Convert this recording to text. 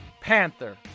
Panther